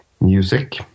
music